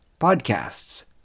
podcasts